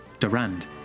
Durand